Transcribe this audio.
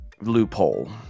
loophole